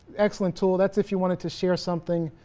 excellent tool that's if you wanted to share something